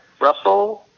Russell